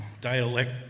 dialect